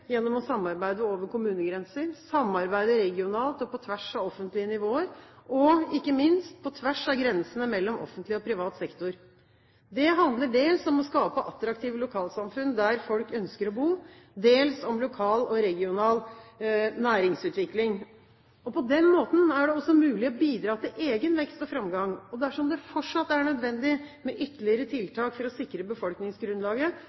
gjennom å samarbeide over kommunegrenser, samarbeide regionalt og på tvers av offentlige nivåer og ikke minst på tvers av grensene mellom offentlig og privat sektor. Det handler dels om å skape attraktive lokalsamfunn der folk ønsker å bo, og dels om lokal og regional næringsutvikling. På den måten er det også mulig å bidra til egen vekst og framgang. Dersom det fortsatt er nødvendig med ytterligere